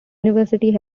university